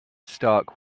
stark